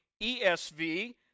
ESV